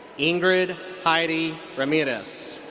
ingrid haydee ramirez.